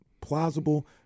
plausible